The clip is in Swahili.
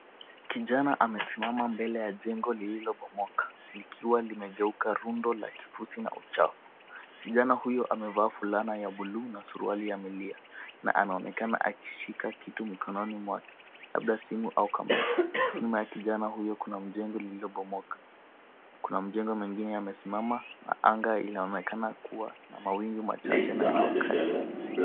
Kijana amesimama mbele ya jengo lililobomoka likiwa limegeuka rundo la kifusi na uchafu. Kijana huyo amevaa fulana ya bluu suruali ya milia na anaonekana akishika kitu mkononi mwake, labda simu ama kamera. Nyuma ya kijana huyo, kuna mjengo lililobomoka. Kuna mjengo mwingine umesimama na anga inaonekana kua na mawingu machache na jua kali.